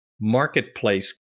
marketplace